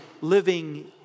living